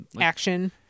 action